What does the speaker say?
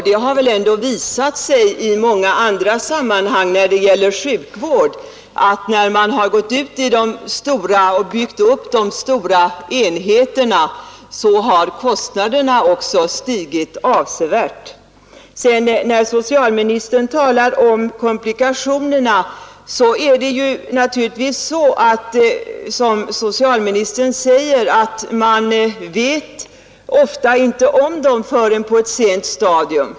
Det har väl ändå visat sig i många andra sammanhang då det gäller sjukvård att när man har gått ut och byggt upp de stora enheterna så har kostnaderna också stigit avsevärt. Beträffande komplikationerna är det naturligtvis riktigt som socialministern säger att man vet ofta inte om dem förrän på ett sent stadium.